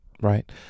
right